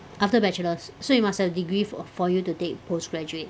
after bachelor's so you must have degree for for you to take postgraduate